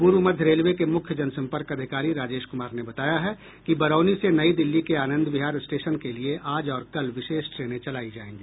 पूर्व मध्य रेलवे के मुख्य जनसम्पर्क अधिकारी राजेश कुमार ने बताया है कि बरौनी से नई दिल्ली के आनंद विहार स्टेशन के लिए आज और कल विशेष ट्रेनें चलाई जाएगी